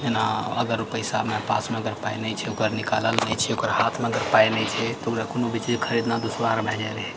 जेना अगर पैसामे पासमे अगर पाइ नहि छै ओकर निकालल नहि छै ओकर हाथमे अगर पाइ नहि छै तऽ ओकरा कोनो भी चीज खरीदना दुसवार भए जाइत रहै